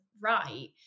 right